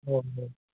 हो हो